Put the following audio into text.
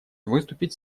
выступить